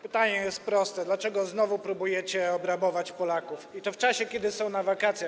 Pytanie jest proste: Dlaczego znowu próbujecie obrabować Polaków, i to w czasie, kiedy są na wakacjach?